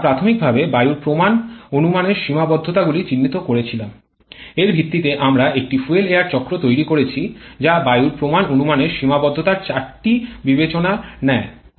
আমরা প্রাথমিকভাবে বায়ুর প্রমাণ অনুমানের সীমাবদ্ধতাগুলি চিহ্নিত করেছিলাম এর ভিত্তিতে আমরা একটি ফুয়েল এয়ার চক্র তৈরি করেছি যা বায়ুর প্রমাণ অনুমানের সীমাবদ্ধতার চারটি বিবেচনায় নেয়